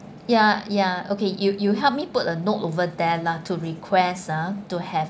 ya ya okay you you help me put a note over there lah to request ah to have